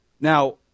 Now